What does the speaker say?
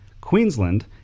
Queensland